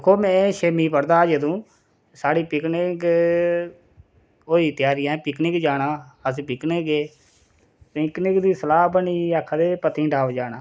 दिक्खो में छेमीं पढ़दा हा जदूं साढ़ी पिकनिक होई त्यारी असें पिकनिक जाना अस पिकनिक गे पिकनिक दी सलाह् बनी आखा दे पत्नीटॉप जाना